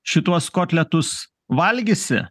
šituos kotletus valgysi